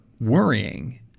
worrying